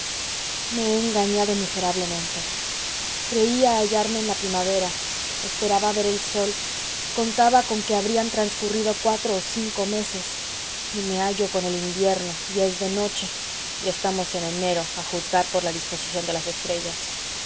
me he engañado miserablemente creía hallarme en la primavera esperaba ver el sol contaba con que habrían transcurrido cuatro o cinco meses y me hallo con el invierno y es de noche y estamos en enero a juzgar por la disposición de las estrellas